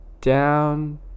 down